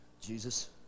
Jesus